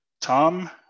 Tom